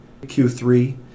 Q3